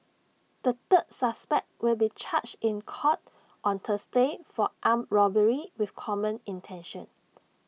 the third suspect will be charged in court on Thursday for armed robbery with common intention